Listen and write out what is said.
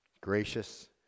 gracious